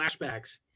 flashbacks